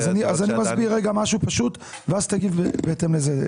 אז אני מסביר רגע משהו פשוט ואז תגיב בהתאם לזה,